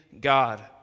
God